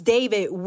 David